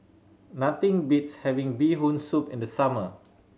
nothing beats having Bee Hoon Soup in the summer